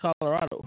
Colorado